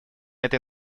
этой